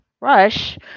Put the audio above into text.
rush